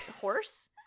horse